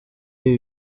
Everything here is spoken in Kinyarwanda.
ibi